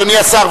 אדוני השר,